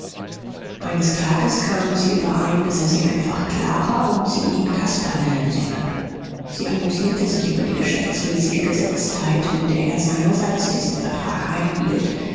eines tages kamen sie überein daß er sie einfach clara und sie ihn caspar nennen solle sie amüsierte sich über die geschäftsmäßige gesetztheit mit der er seinerseits diesen vertrag einhielt